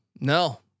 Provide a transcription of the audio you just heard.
no